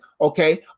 Okay